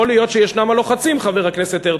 יכול להיות שיש הלוחצים, חבר הכנסת הרצוג,